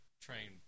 train